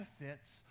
benefits